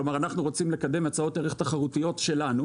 כלומר אנחנו רוצים לקדם הצעות ערך תחרותיות שלנו,